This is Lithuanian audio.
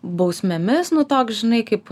bausmėmis nu toks žinai kaip